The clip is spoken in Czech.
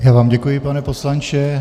Já vám děkuji, pane poslanče.